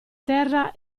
terra